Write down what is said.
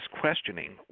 questioning